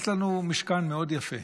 יש לנו משכן מאוד יפה,